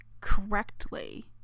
correctly